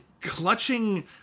clutching